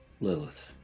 Lilith